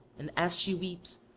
and as she weeps,